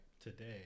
today